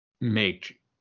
make